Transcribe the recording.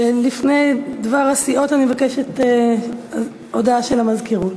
לפני דבר הסיעות, הודעה של המזכירות.